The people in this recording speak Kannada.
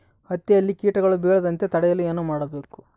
ಹತ್ತಿಯಲ್ಲಿ ಕೇಟಗಳು ಬೇಳದಂತೆ ತಡೆಯಲು ಏನು ಮಾಡಬೇಕು?